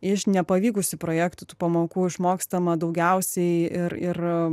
iš nepavykusių projektų tų pamokų išmokstama daugiausiai ir ir